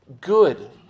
good